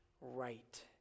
right